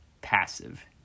passive